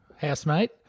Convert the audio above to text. Housemate